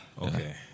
okay